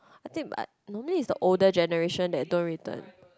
I think but normally is the older generation that don't return